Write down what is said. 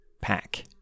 pack